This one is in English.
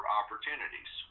opportunities